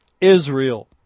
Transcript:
Israel